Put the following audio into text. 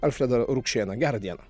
alfredą rukšėną gera diena